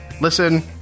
Listen